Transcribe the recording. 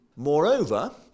Moreover